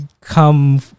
come